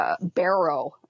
barrow